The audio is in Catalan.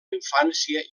infància